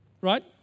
right